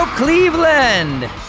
Cleveland